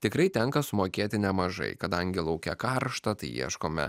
tikrai tenka sumokėti nemažai kadangi lauke karšta tai ieškome